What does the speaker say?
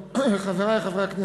חברי חברי הכנסת,